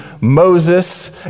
Moses